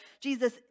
Jesus